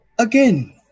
Again